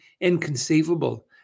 inconceivable